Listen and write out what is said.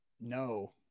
no